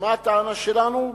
ומה הטענה שלנו?